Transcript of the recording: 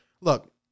look